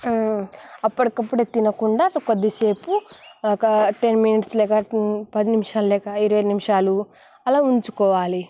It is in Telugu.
అప్పటికప్పుడే తినకుండా కొద్దిసేపు ఒక టెన్ మినిట్స్ లేక పది నిమిషాలు లేక ఇరవై నిమిషాలు అలా ఉంచుకోవాలి